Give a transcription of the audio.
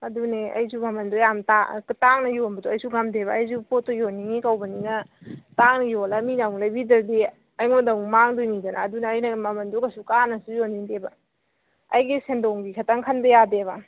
ꯑꯗꯨꯅꯦ ꯑꯩꯁꯨ ꯃꯃꯜꯗꯣ ꯌꯥꯝ ꯇꯥꯡꯅ ꯌꯣꯟꯕꯗꯣ ꯑꯩꯁꯨ ꯉꯝꯗꯦꯕ ꯑꯩꯁꯨ ꯄꯣꯠꯇꯣ ꯌꯣꯟꯅꯤꯡꯉꯤ ꯀꯧꯕꯅꯤꯅ ꯇꯥꯡꯅ ꯌꯣꯜꯂ ꯃꯤꯅ ꯑꯃꯨꯛ ꯂꯩꯕꯤꯗ꯭ꯔꯗꯤ ꯑꯩꯉꯣꯟꯗ ꯑꯃꯨꯛ ꯃꯥꯡꯗꯣꯏꯅꯤꯗꯅ ꯑꯗꯨꯅ ꯑꯩꯅ ꯃꯃꯜꯗꯣ ꯀꯩꯁꯨ ꯀꯥꯅꯁꯨ ꯌꯣꯟꯅꯤꯡꯗꯦꯕ ꯑꯩꯒꯤ ꯁꯦꯟꯗꯣꯡꯒꯤ ꯈꯛꯇꯪ ꯈꯟꯕ ꯌꯥꯗꯦꯕ